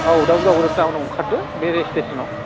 औ दा उदालगुरि टाउनाव ओंखारदो बे रेल स्टेसनाव